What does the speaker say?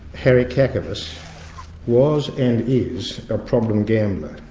harry kind of was was and is a problem gambler,